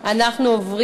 עכשיו.